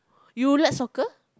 you like soccer